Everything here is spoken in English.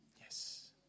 yes